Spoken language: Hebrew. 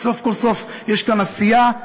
סוף כל סוף יש כאן עשייה,